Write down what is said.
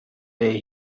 day